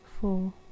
four